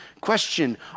question